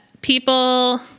People